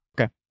Okay